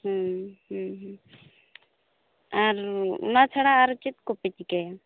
ᱦᱮᱸ ᱦᱮᱸ ᱦᱮᱸ ᱟᱨ ᱚᱱᱟ ᱪᱷᱟᱲᱟ ᱟᱨ ᱪᱮᱫ ᱠᱚᱯᱮ ᱪᱤᱠᱟᱹᱭᱟ